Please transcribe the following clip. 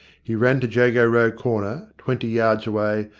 he ran to jago row corner, twenty yards away,